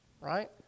right